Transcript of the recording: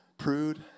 prude